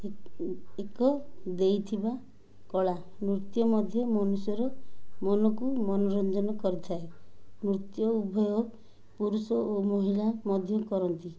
ଏକ ଦେଇଥିବା କଳା ନୃତ୍ୟ ମଧ୍ୟ ମନୁଷ୍ୟର ମନକୁ ମନୋରଞ୍ଜନ କରିଥାଏ ନୃତ୍ୟ ଉଭୟ ପୁରୁଷ ଓ ମହିଳା ମଧ୍ୟ କରନ୍ତି